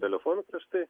telefonu prieš tai